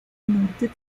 norte